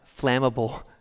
flammable